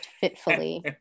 fitfully